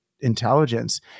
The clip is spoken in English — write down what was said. intelligence